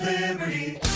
Liberty